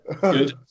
Good